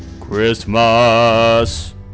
Christmas